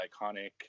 iconic